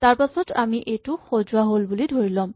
তাৰপাছত আমি এইটো সজোৱা হ'ল বুলি ধৰি ল'ম